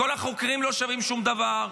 שכל החוקרים לא שווים שום דבר.